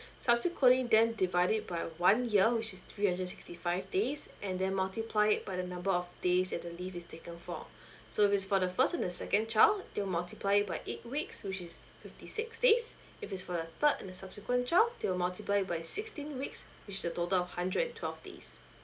subsequently then divide it by one year which is three hundred and sixty five days and then multiply it by the number of days that the leave is taken for so if for the first and the second child you'll multiply it by eight weeks which is fifty six days if it's for the third and the subsequent child you'll multiply it by sixteen weeks which is a total of hundred twelve days